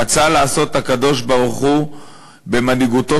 רצה לעשות הקדוש-ברוך-הוא במנהיגותו